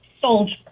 soldier